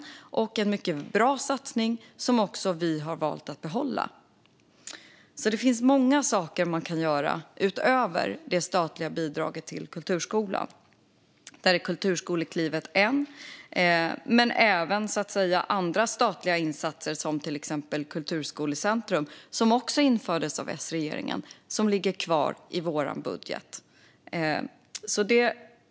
Det var en mycket bra satsning som vi har valt att behålla. Det finns alltså många saker som man kan göra utöver det statliga bidraget till kulturskolan. Där är Kulturskoleklivet en. Men det finns även andra statliga insatser, till exempel Kulturskolecentrum som också infördes av S-regeringen och som ligger kvar i vår budget.